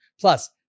Plus